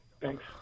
Thanks